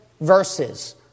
verses